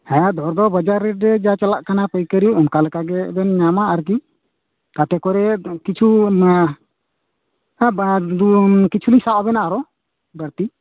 ᱦᱮᱸ ᱫᱚᱨ ᱫᱚ ᱵᱟᱡᱟᱨ ᱨᱮᱴ ᱨᱮ ᱡᱟ ᱪᱟᱞᱟᱜ ᱠᱟᱱᱟ ᱯᱟᱹᱭᱠᱟ ᱨᱤ ᱚᱱᱠᱟ ᱞᱮᱠᱟᱜᱮ ᱵᱟᱹᱧ ᱧᱟᱢᱟ ᱟᱨᱠᱤ ᱟᱯᱮᱠᱚᱨᱮ ᱠᱤᱪᱷᱩ ᱱᱚᱣᱟ ᱦᱟᱸ ᱵᱟ ᱫᱩᱢ ᱠᱤᱪᱷᱩᱞᱤᱧ ᱥᱟᱵ ᱮᱱᱟ ᱟᱨᱚ ᱵᱟ ᱲᱛᱤ